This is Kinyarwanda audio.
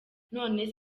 none